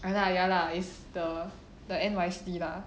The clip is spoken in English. ya lah ya lah is the the N_Y_C lah